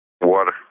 Water